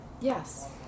Yes